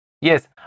Yes